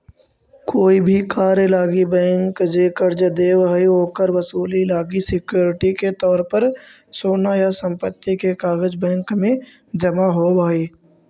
कोई भी कार्य लागी बैंक जे कर्ज देव हइ, ओकर वसूली लागी सिक्योरिटी के तौर पर सोना या संपत्ति के कागज़ बैंक में जमा होव हइ